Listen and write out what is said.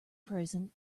present